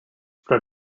for